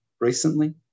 Recently